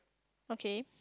okay